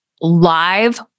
live